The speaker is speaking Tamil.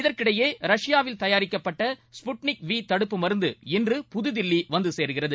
இதற்கிடையே ரஷ்யாவில் தயாரிக்கப்பட்ட ஸ்புட்னிக் வி தடுப்பு மருந்து இன்று புதுில்லி வந்து சேருகிறது